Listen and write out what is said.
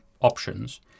options